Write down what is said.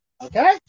okay